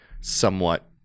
somewhat